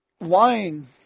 wine